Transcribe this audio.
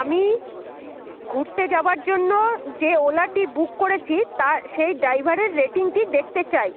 আমি ঘুরতে যাওয়ার জন্য যে ওলাটি বুক করেছি তার সেই ড্রাইভারের রেটিংটি দেখতে চাই